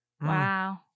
Wow